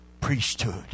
priesthood